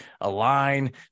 align